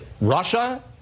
Russia